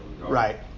Right